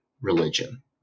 religion